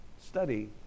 Study